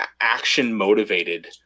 action-motivated